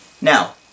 Now